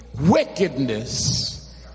wickedness